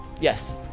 Yes